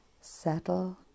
settle